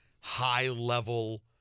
high-level